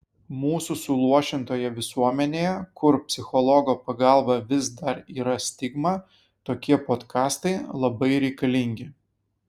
mūsų suluošintoje visuomenėje kur psichologo pagalba vis dar yra stigma tokie podkastai labai reikalingi